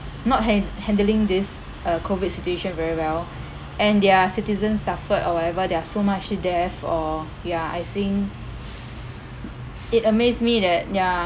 not han~ handling this uh COVID situation very well and their citizens suffered or whatever there are so much death or ya I think it amaze me that ya